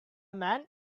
man